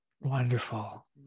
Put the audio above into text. Wonderful